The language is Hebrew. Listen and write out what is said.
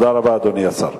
אדוני השר,